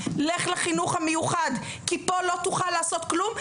לך לחינוך המיוחד כי פה לא תוכל לעשות כלום,